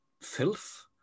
filth